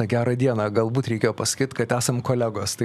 gerą dieną galbūt reikėjo pasakyt kad esam kolegos tai